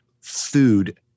food